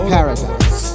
Paradise